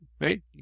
right